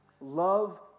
love